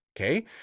Okay